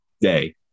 day